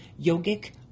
Yogic